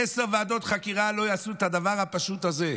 עשר ועדות חקירה לא יעשו את הדבר הפשוט הזה.